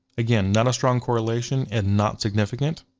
again not a strong correlation and not significant.